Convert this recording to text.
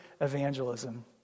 evangelism